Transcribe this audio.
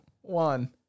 one